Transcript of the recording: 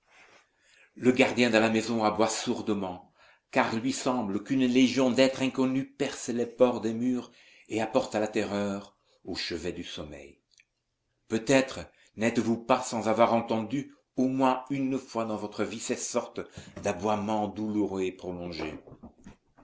le gardien de la maison aboie sourdement car il lui semble qu'une légion d'êtres inconnus perce les pores des murs et apporte la terreur au chevet du sommeil peut-être n'êtes-vous pas sans avoir entendu au moins une fois dans votre vie ces sortes d'aboiements douloureux et prolongés